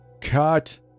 Cut